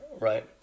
right